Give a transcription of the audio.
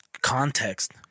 context